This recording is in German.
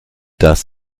das